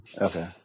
Okay